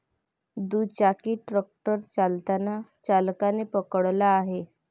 दुचाकी ट्रॅक्टर चालताना चालकाने पकडला आहे